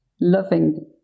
loving